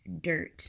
dirt